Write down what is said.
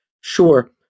Sure